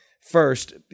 first